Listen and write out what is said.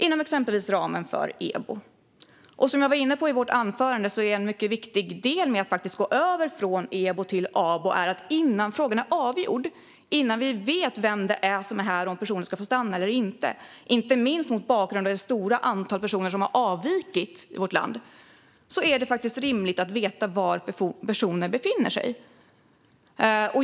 Som jag var inne på i mitt anförande är, inte minst mot bakgrund av det stora antal personer som har avvikit i vårt land, en viktig del i att gå över från EBO till ABO att det, innan frågan är avgjord och vi vet vem det är som är här och om personen ska få stanna eller inte, är rimligt att veta var personer befinner sig.